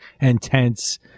intense